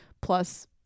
plus